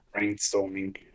brainstorming